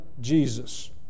Jesus